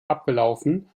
abgelaufen